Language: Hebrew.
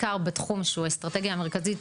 בעיקר בתחום שהוא אסטרטגי המרכזי,